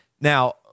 now